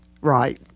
right